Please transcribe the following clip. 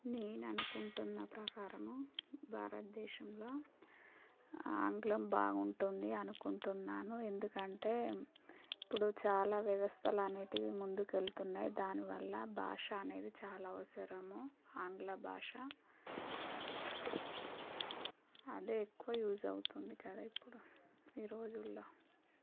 నేను అనుకుంటున్న ప్రకారము భారతదేశంలో ఆంగ్లం బాగుంటుంది అనుకుంటున్నాను ఎందుకంటే ఇప్పుడు చాలా వ్యవస్థలు అనేటివి ముందుకు వెళ్తున్నాయి దానివల్ల భాష అనేది చాలా అవసరము ఆంగ్ల భాష అదే ఎక్కువ యూస్ అవుతుంది కదా ఇప్పుడు ఈ రోజుల్లో